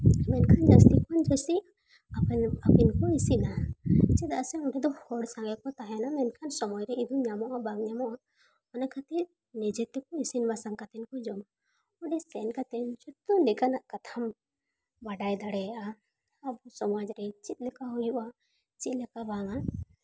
ᱢᱮᱱᱠᱷᱟᱱ ᱡᱟᱹᱥᱛᱤ ᱠᱷᱚᱱ ᱡᱟᱹᱥᱛᱤ ᱟᱠᱚ ᱟᱠᱚ ᱜᱮᱠᱚ ᱤᱥᱤᱱᱟ ᱪᱮᱫᱟᱜ ᱥᱮ ᱚᱸᱰᱮ ᱫᱚ ᱦᱚᱲ ᱥᱟᱸᱜᱮ ᱠᱚ ᱛᱟᱦᱮᱱᱟ ᱢᱮᱱᱠᱷᱟᱱ ᱥᱚᱢᱚᱭ ᱨᱮ ᱧᱟᱢᱚᱜᱼᱟ ᱵᱟᱝ ᱧᱟᱢᱚᱜᱼᱟ ᱚᱱᱟ ᱠᱷᱟᱹᱛᱤᱨ ᱱᱤᱡᱮ ᱛᱮᱠᱚ ᱤᱥᱤᱱᱣᱼᱵᱟᱥᱟᱝ ᱠᱟᱛᱮ ᱠᱚ ᱡᱚᱢᱟ ᱚᱸᱰᱮ ᱥᱮᱱ ᱠᱟᱛᱮ ᱡᱚᱛᱚ ᱞᱮᱠᱟᱱᱟᱜ ᱠᱟᱛᱷᱟᱢ ᱵᱟᱰᱟᱭ ᱫᱟᱲᱮᱭᱟᱜᱼᱟ ᱟᱵᱚ ᱥᱚᱢᱟᱡᱽ ᱨᱮ ᱪᱮᱫᱞᱮᱠᱟ ᱦᱩᱭᱩᱜᱼᱟ ᱪᱮᱫ ᱞᱮᱠᱟ ᱵᱟᱝᱟ